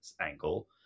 angle